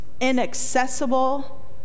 inaccessible